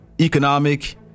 economic